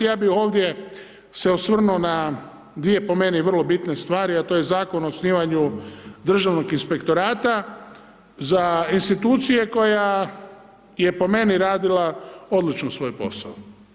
Ja bi ovdje se osvrnuo na 2 po meni vrlo bitne stvari, a to je Zakon o osnivanju državnog inspektorata za institucije koja je po meni radila odlično svoj posao.